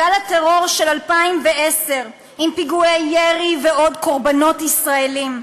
גל הטרור של 2010 עם פיגועי ירי ועוד קורבנות ישראלים,